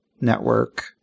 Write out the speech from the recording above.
network